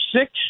six